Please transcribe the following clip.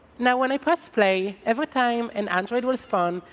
now, when i press play, every time an android responds,